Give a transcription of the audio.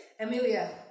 Emilia